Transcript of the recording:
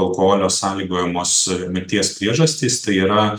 alkoholio sąlygojamos mirties priežastys tai yra